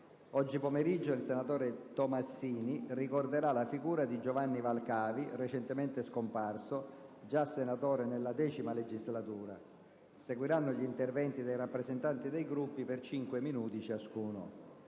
Oggi pomeriggio il senatore Tomassini ricorderà la figura di Giovanni Valcavi, recentemente scomparso, già senatore nella X legislatura. Seguiranno gli interventi dei rappresentanti dei Gruppi per cinque minuti ciascuno.